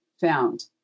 found